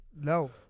No